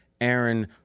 Aaron